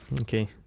Okay